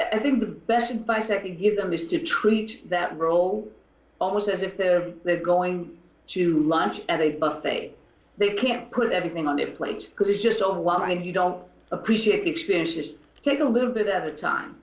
i think the best advice i could give them is to treat that role almost as if the they're going to lunch at a buffet they can't put everything on a plate because it's just on the line you don't appreciate the experience just take a little bit at a time